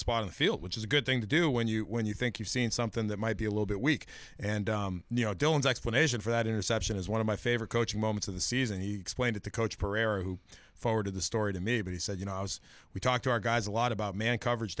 spot on the field which is a good thing to do when you when you think you've seen something that might be a little bit weak and you know dylan's explanation for that interception is one of my favorite coaching moments of the season he explained it to coach pereira who forwarded the story to me but he said you know as we talk to our guys a lot about man coverage